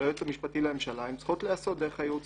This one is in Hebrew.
ליועץ המשפטי לממשלה הן צריכות להיעשות דרך הייעוץ